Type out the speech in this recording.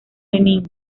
lenin